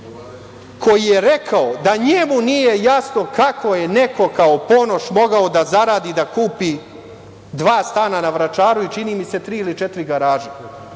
koji je rekao da njemu nije jasno kako je neko kao Ponoš mogao da zaradi i da kupi dva stana na Vračaru i, čini mi se, tri ili četiri garaže.